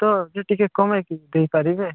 ତ ଯେ ଟିକେ କମାଇକି ଦେଇପାରିବେ